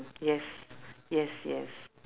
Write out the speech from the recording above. yes yes yes